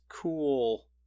cool